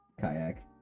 Kayak